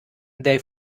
they